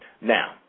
Now